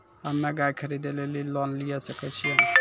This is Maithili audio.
हम्मे गाय खरीदे लेली लोन लिये सकय छियै?